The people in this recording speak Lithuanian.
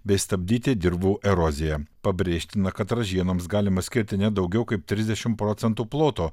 bei stabdyti dirvų eroziją pabrėžtina kad ražienoms galima skirti ne daugiau kaip trisdešimt procentų ploto